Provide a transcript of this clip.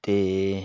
ਅਤੇ